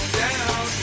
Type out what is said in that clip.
down